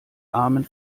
armen